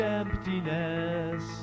emptiness